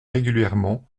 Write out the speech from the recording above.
régulièrement